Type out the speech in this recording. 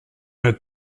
her